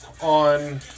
on